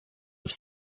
have